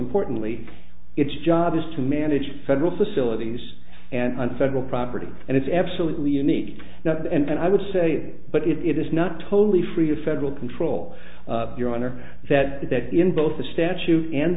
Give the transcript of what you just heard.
importantly its job is to manage federal facilities and federal property and it's absolutely unique now and i would say but it is not totally free of federal control your honor said that in both the statute and